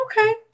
Okay